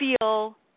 feel